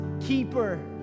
keeper